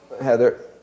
Heather